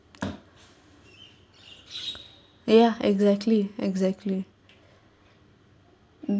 ya exactly exactly mm